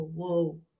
whoa